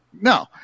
no